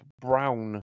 brown